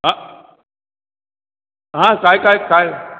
आं हां काय काय काय